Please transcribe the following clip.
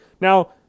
Now